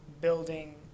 building